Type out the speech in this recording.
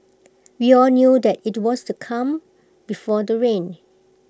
we all knew that IT was the calm before the rain